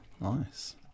Nice